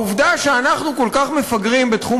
העובדה שאנחנו כל כך מפגרים בתחום